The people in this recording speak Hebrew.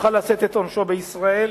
יוכל לשאת את עונשו בישראל,